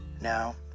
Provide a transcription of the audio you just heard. Now